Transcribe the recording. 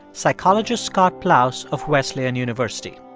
psychologist scott plous of wesleyan university